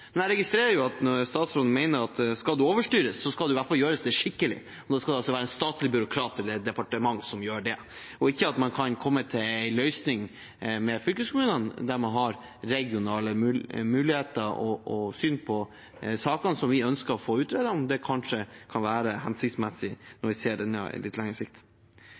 men jeg registrerer at statsråden mener at skal det overstyres, skal det i hvert fall gjøres skikkelig. Da skal det være en statlig byråkrat eller et departement som gjør det, og ikke at man kan komme til en løsning med fylkeskommunene der man har regionale muligheter og syn på sakene, slik vi ønsker å få utredet om kanskje kan være hensiktsmessig når vi ser det på litt lengre sikt.